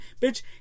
Bitch